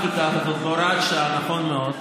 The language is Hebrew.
בהוראת שעה, נכון מאוד,